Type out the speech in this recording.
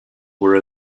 were